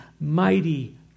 mighty